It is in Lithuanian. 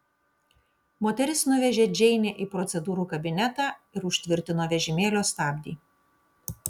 moteris nuvežė džeinę į procedūrų kabinetą ir užtvirtino vežimėlio stabdį